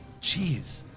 Jeez